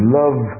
love